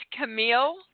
Camille